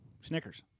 Snickers